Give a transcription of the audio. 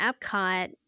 Epcot